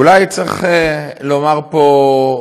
אולי צריך לומר פה,